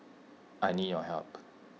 I need your help